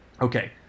okay